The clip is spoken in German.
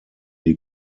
die